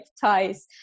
ties